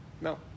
No